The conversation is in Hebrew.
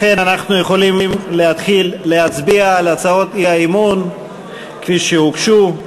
לכן אנחנו יכולים להתחיל להצביע על הצעות האי-אמון כפי שהוגשו.